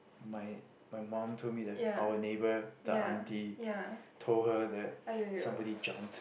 my my mom told me that our neighbour the aunty told her that somebody jumped